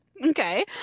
Okay